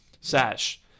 Sash